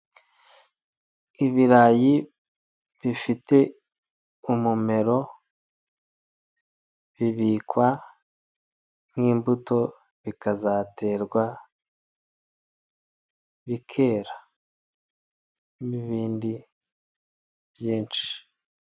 Ibirayi bifite umumero, bibikwa nk'imbuto bikazaterwa bikera n'ibindi byinshi.